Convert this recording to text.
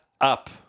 up